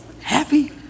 happy